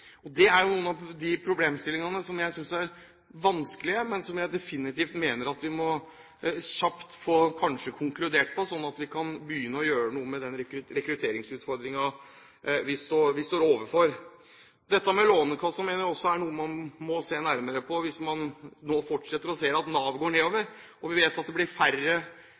Det er noen av de problemstillingene som jeg synes er vanskelige, men hvor jeg definitivt mener at vi kjapt bør konkludere, sånn at vi kan begynne å gjøre noe med rekrutteringsutfordringen vi står overfor. Dette med Lånekassen mener jeg også er noe man må se nærmere på hvis man fortsatt ser at Nav går nedover. Vi vet at det blir færre